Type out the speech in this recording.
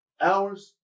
Hours